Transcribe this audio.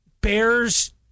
bears